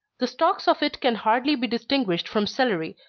the stalks of it can hardly be distinguished from celery,